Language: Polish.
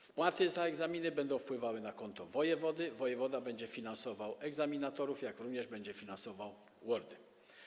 Wpłaty za egzaminy będą wpływały na konto wojewody, wojewoda będzie finansował egzaminatorów, jak również będzie finansował WORD-y.